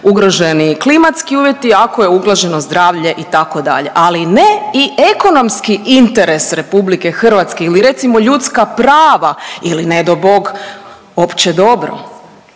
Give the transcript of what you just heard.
ugroženi klimatski uvjeti, ako je ugroženo zdravlje itd., ali ne i ekonomski interes RH ili recimo ljudska prava ili nedo Bog opće dobro,